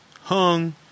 Hung